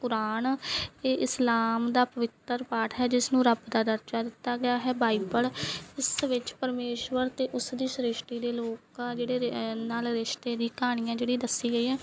ਕੁਰਾਨ ਇਹ ਇਸਲਾਮ ਦਾ ਪਵਿੱਤਰ ਪਾਠ ਹੈ ਜਿਸ ਨੂੰ ਰੱਬ ਦਾ ਦਰਜਾ ਦਿੱਤਾ ਗਿਆ ਹੈ ਬਾਈਬਲ ਇਸ ਵਿੱਚ ਪਰਮੇਸ਼ਵਰ ਤੇ ਉਸਦੀ ਸ੍ਰਿਸ਼ਟੀ ਦੇ ਲੋਕ ਆ ਜਿਹੜੇ ਨਾਲ ਰਿਸ਼ਤੇ ਦੀ ਕਹਾਣੀ ਆ ਜਿਹੜੀ ਦੱਸੀ ਗਈ ਹੈ